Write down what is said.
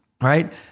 right